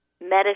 medicine